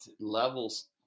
levels